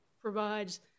provides